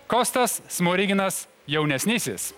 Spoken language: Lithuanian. kostas smoriginas jaunesnysis